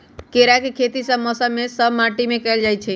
केराके खेती सभ मौसम में सभ माटि में कएल जाइ छै